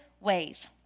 ways